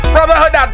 Brotherhood